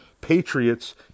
Patriots